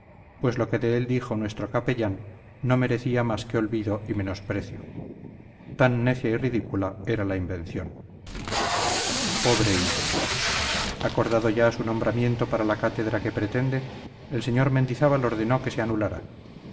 pues lo que de él dijo nuestro capellán no merecía más que olvido y menosprecio tan necia y ridícula era la invención pobre hillo acordado ya su nombramiento para la cátedra que pretende el sr mendizábal ordenó que se anulara